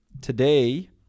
today